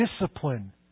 discipline